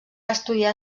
estudiar